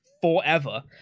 forever